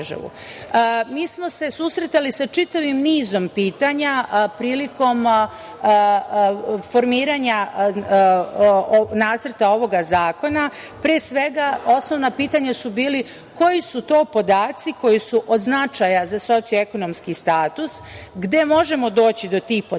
smo se susretali sa čitavim nizom pitanja prilikom formiranja nacrta ovog zakona. Pre svega, osnovna pitanja su bila koji su to podaci koji su od značaja za socioekonomski status, gde možemo doći do tih podataka,